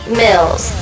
mills